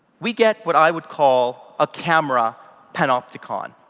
we get what i would call a camera panopticon,